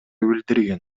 билдирген